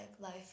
life